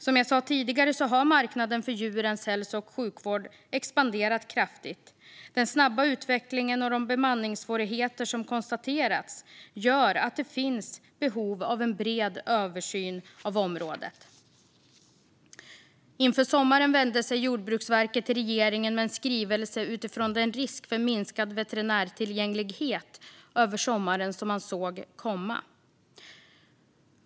Som jag sa tidigare har marknaden för djurens hälso och sjukvård expanderat kraftigt. Den snabba utvecklingen och de bemanningssvårigheter som konstaterats gör att det finns behov av en bred översyn av området. Inför sommaren vände sig Jordbruksverket till regeringen med en skrivelse utifrån den risk för minskad veterinärtillgänglighet över sommaren som man såg komma.